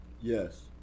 Yes